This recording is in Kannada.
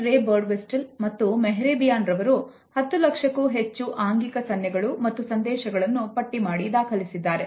Professor Ray Birdwhistell ಮತ್ತು Mehrabian ರವರು ಹತ್ತು ಲಕ್ಷಕ್ಕೂ ಹೆಚ್ಚು ಆಂಗಿಕ ಸನ್ನೆಗಳು ಮತ್ತು ಸಂದೇಶಗಳನ್ನು ಪಟ್ಟಿಮಾಡಿ ದಾಖಲಿಸಿದ್ದಾರೆ